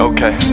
Okay